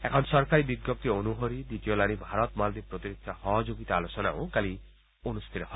এখন চৰকাৰী বিজ্ঞপ্তি অনুসৰি দ্বিতীয়লানি ভাৰত মালদ্বীপ প্ৰতিৰক্ষা সহযোগিতা আলোচনাও কালি অনুষ্ঠিত হয়